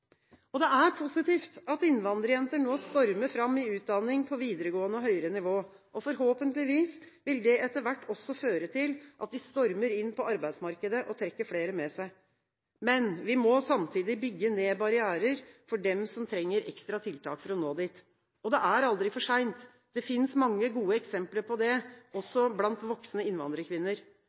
medsøstre. Det er positivt at innvandrerjenter nå stormer fram i utdanning på videregående og høyere nivå. Forhåpentligvis vil det etter hvert også føre til at de stormer inn på arbeidsmarkedet og trekker flere med seg. Men vi må samtidig bygge ned barrierer for dem som trenger ekstra tiltak for å nå dit. Det er aldri for seint. Det fins mange gode eksempler på det, også blant voksne innvandrerkvinner.